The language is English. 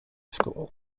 school